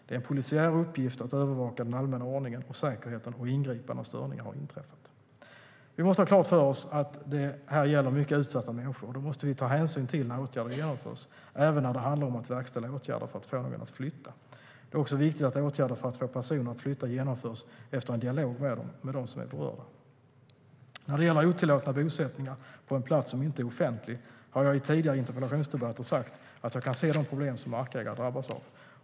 Det är en polisiär uppgift att övervaka den allmänna ordningen och säkerheten och ingripa när störningar har inträffat. Vi måste ha klart för oss att detta gäller mycket utsatta människor, och det måste vi ta hänsyn till när åtgärder genomförs - även när det handlar om att verkställa åtgärder för att få någon att flytta. Det är också viktigt att åtgärder för att få personer att flytta genomförs efter en dialog med dem som är berörda. När det gäller otillåtna bosättningar på en plats som inte är offentlig har jag i tidigare interpellationsdebatter sagt att jag kan se de problem som markägare drabbas av.